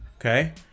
Okay